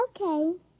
Okay